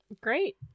Great